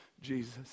Jesus